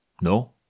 No